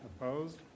Opposed